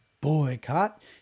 boycott